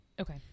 okay